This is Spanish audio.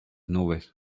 nubes